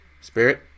Spirit